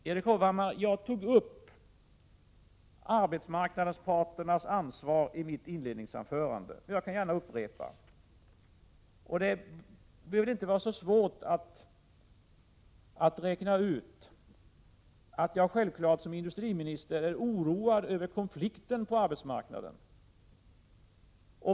Till Erik Hovhammar: Jag tog upp arbetsmarknadsparternas ansvar i mitt inledningsanförande. Jag kan gärna upprepa: Det borde inte vara så svårt att räkna ut att jag som industriminister är oroad över konflikten på arbetsmarknaden.